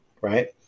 right